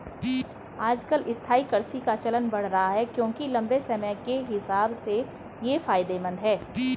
आजकल स्थायी कृषि का चलन बढ़ रहा है क्योंकि लम्बे समय के हिसाब से ये फायदेमंद है